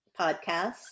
podcasts